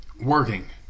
Working